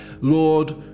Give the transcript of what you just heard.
Lord